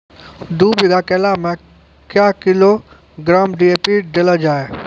दू बीघा केला मैं क्या किलोग्राम डी.ए.पी देले जाय?